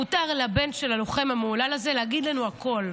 מותר לבן של הלוחם המהולל הזה להגיד לנו הכול,